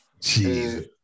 Jesus